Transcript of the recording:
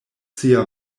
sia